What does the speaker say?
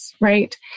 right